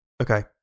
Okay